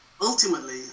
ultimately